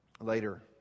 later